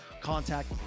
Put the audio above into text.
Contact